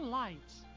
lights